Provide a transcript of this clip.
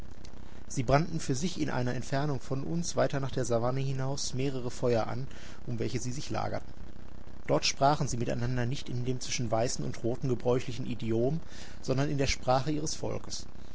sie brannten für sich in einer entfernung von uns weiter nach der savanne hinaus mehrere feuer an um welche sie sich lagerten dort sprachen sie miteinander nicht in dem zwischen weißen und roten gebräuchlichen idiom sondern in der sprache ihres volkes